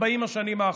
40 השנים האחרונות.